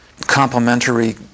complementary